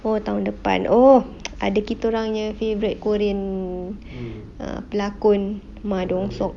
oh tahun depan oh ada kita orang yang favourite korean ah pelakon ma dong seok